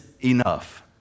enough